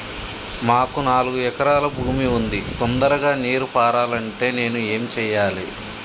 మాకు నాలుగు ఎకరాల భూమి ఉంది, తొందరగా నీరు పారాలంటే నేను ఏం చెయ్యాలే?